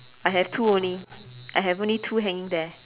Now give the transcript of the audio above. I have two only I have only two hanging there